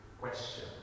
question